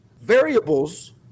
variables